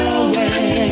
away